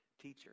teacher